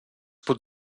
pot